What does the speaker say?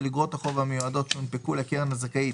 אגרות החוב המיועדות שהונפקו לקרן הזכאית